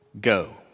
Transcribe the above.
go